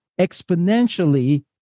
exponentially